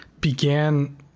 began